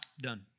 done